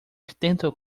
extenso